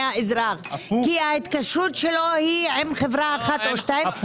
האזרח כי ההתקשרות שלו היא עם חברה אחת או עם שתי חברות.